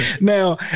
Now